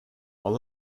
all